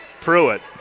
Pruitt